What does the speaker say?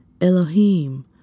Elohim